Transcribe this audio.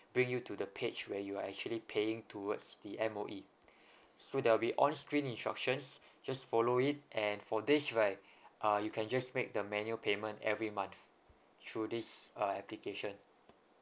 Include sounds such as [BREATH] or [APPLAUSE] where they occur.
bring you to the page where you are actually paying towards the M_O_E [BREATH] so there'll be onscreen instructions just follow it and for this right [BREATH] ah you can just make the manual payment every month through this uh application